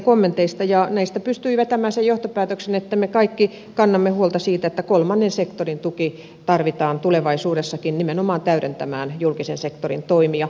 näistä pystyi vetämään sen johtopäätöksen että me kaikki kannamme huolta siitä että kolmannen sektorin tuki tarvitaan tulevaisuudessakin nimenomaan täydentämään julkisen sektorin toimia